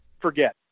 forget